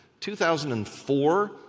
2004